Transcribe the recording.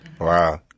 Wow